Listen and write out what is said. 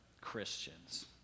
Christians